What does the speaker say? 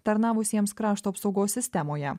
tarnavusiems krašto apsaugos sistemoje